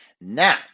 Now